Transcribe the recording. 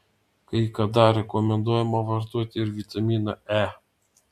kai kada rekomenduojama vartoti ir vitaminą e